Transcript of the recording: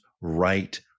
right